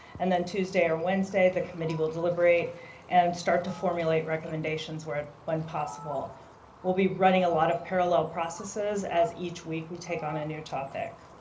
and then tuesday or wednesday the committee will deliberate and start to formulate recommendations when when possible. we will be running a lot of parallel processes as each week we take on a new topic.